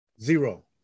Zero